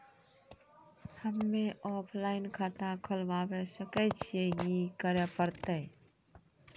हम्मे ऑफलाइन खाता खोलबावे सकय छियै, की करे परतै?